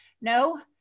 No